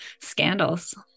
scandals